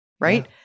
right